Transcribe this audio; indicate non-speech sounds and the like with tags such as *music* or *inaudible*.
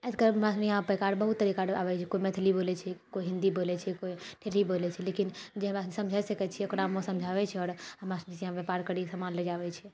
*unintelligible* पहिकार बहुत तरीकाके आबैत छै कोइ मैथिली बोलैत छै कोइ हिन्दी बोलैत छै कोइ ठेठी बोलैत छै लेकिन जे हमरासनी समझा सकैत छियै ओकरामे समझाबैत छै आओर हमरासनी व्यापार करि सामान ले जाइत छै